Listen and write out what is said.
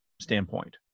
standpoint